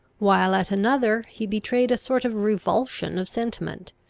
while at another he betrayed a sort of revulsion of sentiment,